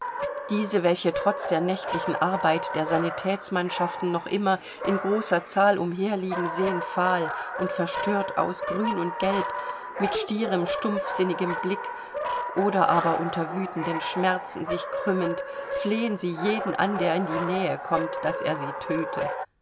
diese welche trotz der nächtlichen arbeit der sanitätsmannschaften noch immer in großer zahl umherliegen sehen fahl und verstört aus grün und gelb mit stierem stumpfsinnigem blick oder aber unter wütenden schmerzen sich krümmend flehen sie jeden an der in die nähe kommt daß er sie töte